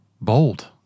bold